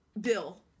Bill